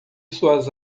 suas